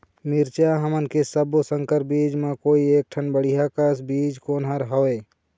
मिरचा हमन के सब्बो संकर बीज म कोई एक ठन बढ़िया कस बीज कोन हर होए?